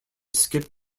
skip